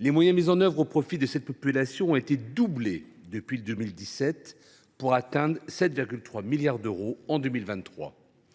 Les moyens mis en œuvre en faveur de cette population ont été doublés depuis 2017, pour atteindre 7,3 milliards d’euros en 2023.